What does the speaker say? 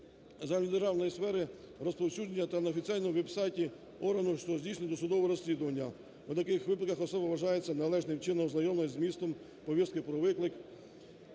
загальнодержавної сфери розповсюдження та на офіційному веб-сайті органу, що здійснює досудове розслідування. У таких випадках особа вважається належним чином ознайомлена зі змістом повістки про виклик